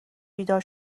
بیدار